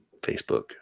Facebook